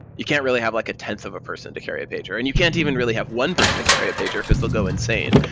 you can't really have like a tenth of a person to carry pager, and you can't even really have one person to carry a pager, because they'll go insane.